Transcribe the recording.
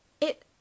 It